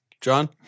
John